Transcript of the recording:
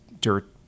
dirt